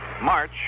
March